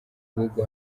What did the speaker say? bihugu